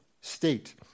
state